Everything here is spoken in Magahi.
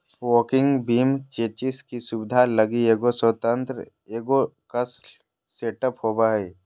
वोकिंग बीम चेसिस की सुबिधा लगी एगो स्वतन्त्र एगोक्स्ल सेटअप होबो हइ